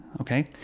Okay